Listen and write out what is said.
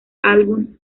álbum